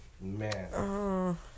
Man